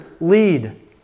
lead